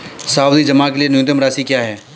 सावधि जमा के लिए न्यूनतम राशि क्या है?